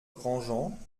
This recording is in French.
grandjean